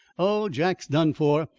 oh, jack's done for.